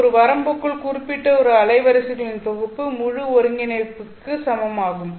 ஒரு வரம்புக்குள் குறிப்பிட்ட ஒரு அலைவரிசைகளின் தொகுப்பது முழு ஒருங்கிணைப்பிற்கு சமம் ஆகும்